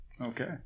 okay